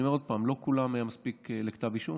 אני אומר עוד פעם: לא אצל כולם היה מספיק ראיות לכתב אישום.